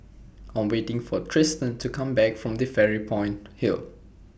I Am waiting For Tristan to Come Back from Fairy Point Hill